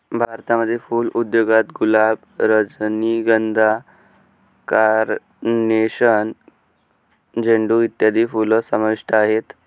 भारतामध्ये फुल उद्योगात गुलाब, रजनीगंधा, कार्नेशन, झेंडू इत्यादी फुलं समाविष्ट आहेत